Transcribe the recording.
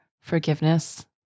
forgiveness